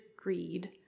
greed